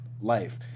life